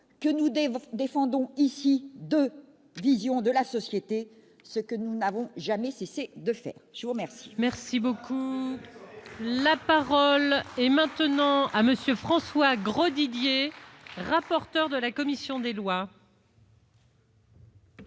que nous défendons ici deux visions de la société, ce que nous n'avons jamais cessé de faire. Ça, c'est